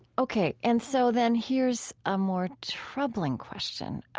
ok. and so then here's a more troubling question.